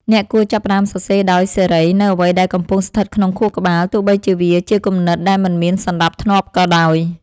អ្នកគួរចាប់ផ្ដើមសរសេរដោយសេរីនូវអ្វីដែលកំពុងស្ថិតក្នុងខួរក្បាល ទោះបីជាវាជាគំនិតដែលមិនមានសណ្ដាប់ធ្នាប់ក៏ដោយ។